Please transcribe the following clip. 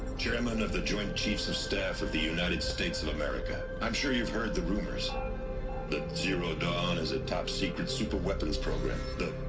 chairman of the joint chiefs of staff of the united states of america i'm sure you've heard the rumors. that zero dawn is a top-secret superweapons program the.